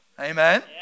Amen